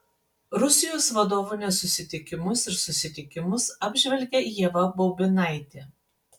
rusijos vadovų nesusitikimus ir susitikimus apžvelgia ieva baubinaitė